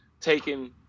taken